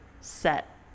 set